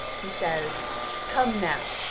he says come now,